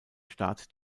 staat